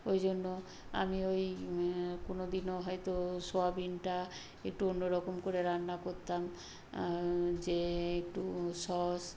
ওই জন্য আমি ওই কোনোদিনও হয়তো সোয়াবিনটা একটু অন্য রকম করে রান্না করতাম যে একটু সস